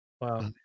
Wow